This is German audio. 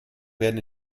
werden